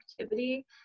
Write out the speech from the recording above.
activity